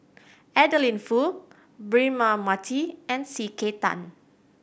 Adeline Foo Braema Mathi and C K Tang